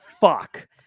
fuck